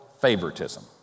favoritism